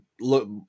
look